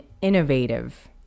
innovative